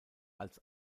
als